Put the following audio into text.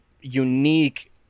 unique